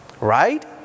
right